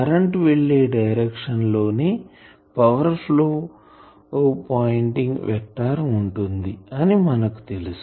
current వెళ్లే direction లో నే పవర్ ఫ్లో పాయింటింగ్ వెక్టార్ ఉంటుంది అని మనకు తెలుసు